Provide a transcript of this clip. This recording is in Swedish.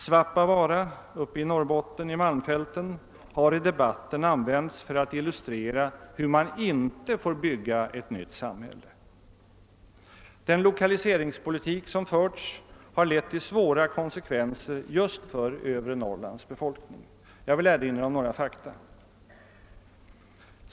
Svappavaara uppe i Norrbotten i malmfälten har i debatten använts för att illustrera hur man inte får bygga ett nytt samhälle. Den lokaliseringspolitik som förs har lett till svåra konsekvenser just för övre Norrlands befolkning. Jag vill erinra om några fakta.